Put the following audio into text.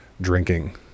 drinking